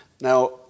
Now